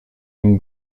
une